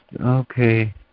Okay